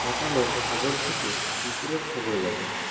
সকালের খবর থেকে কুকুরের খবর দেখাও